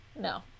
No